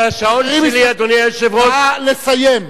אבל השעון שלי, אדוני היושב-ראש, נא לסיים.